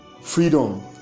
freedom